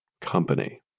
company